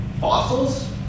fossils